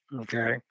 Okay